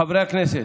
חברי הכנסת,